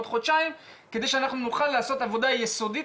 עוד חודשיים כדי שאנחנו נוכל לעשות עבודה יסודית